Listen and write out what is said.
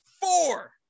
Four